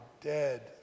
dead